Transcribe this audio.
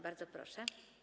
Bardzo proszę.